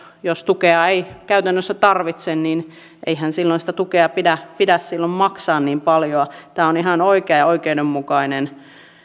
jos tukea ei käytännössä tarvitse niin eihän silloin sitä tukea pidä pidä maksaa niin paljoa tämä on ihan oikea ja oikeudenmukainen